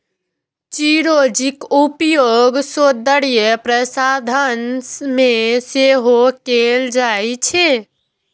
चिरौंजीक उपयोग सौंदर्य प्रसाधन मे सेहो कैल जाइ छै